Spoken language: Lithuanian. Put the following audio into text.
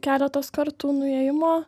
keletos kartų nuėjimo